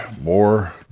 more